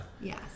Yes